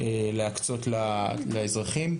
להקצות לאזרחים.